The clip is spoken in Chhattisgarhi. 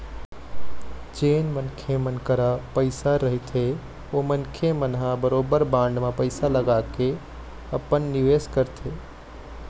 जेन मनखे मन करा पइसा रहिथे ओ मनखे मन ह बरोबर बांड म पइसा लगाके अपन निवेस करथे